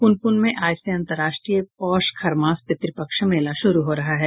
पुनपुन में आज से अंतरराष्ट्रीय पौष खरमास पितृपक्ष मेला शुरू हो रहा है